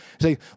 Say